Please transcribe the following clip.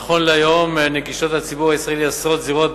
נכון להיום נגישות לציבור הישראלי עשרות זירות,